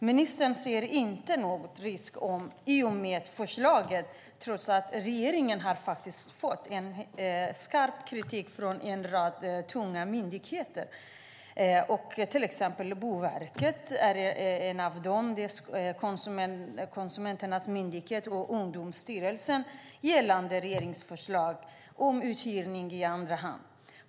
Ministern ser inte någon risk i och med förslaget, trots att regeringen faktiskt har fått skarp kritik från en rad tunga myndigheter, till exempel Boverket, som är en av dem, Konsumentverket och Ungdomsstyrelsen, gällande regeringens förslag om uthyrning i andra hand.